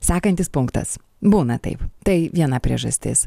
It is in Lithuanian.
sekantis punktas būna taip tai viena priežastis